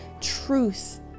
truth